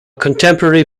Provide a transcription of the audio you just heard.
contemporary